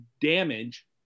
damage